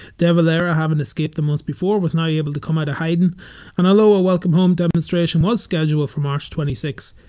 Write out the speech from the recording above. de valera, having escaped the month before was now able to come out of hiding and although a welcome-home demonstration was scheduled for march twenty sixth,